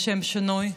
לשם שינוי,